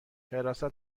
حراست